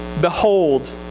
behold